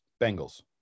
Bengals